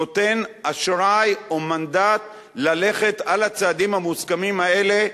נותן אשראי או מנדט ללכת על הצעדים המוסכמים האלה,